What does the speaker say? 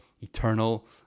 eternal